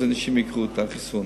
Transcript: אנשים יקבלו את החיסון.